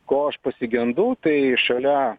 ko aš pasigendu tai šalia